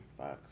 fucks